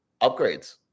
upgrades